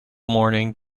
morning